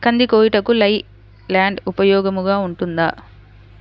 కంది కోయుటకు లై ల్యాండ్ ఉపయోగముగా ఉంటుందా?